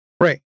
right